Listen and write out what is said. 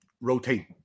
rotate